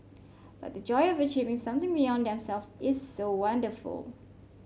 but the joy of achieving something beyond themselves is so wonderful